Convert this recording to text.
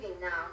now